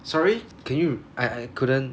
sorry can you I I couldn't